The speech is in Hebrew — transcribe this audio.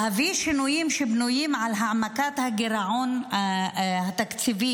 להביא שינויים שבנויים על העמקת הגירעון התקציבי,